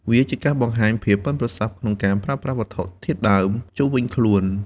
វាជាការបង្ហាញពីភាពប៉ិនប្រសប់ក្នុងការប្រើប្រាស់វត្ថុធាតុដើមជុំវិញខ្លួន។